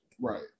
Right